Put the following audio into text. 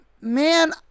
man